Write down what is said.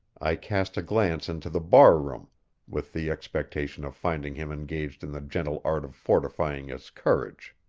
i cast a glance into the bar-room with the expectation of finding him engaged in the gentle art of fortifying his courage.